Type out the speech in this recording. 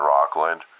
Rockland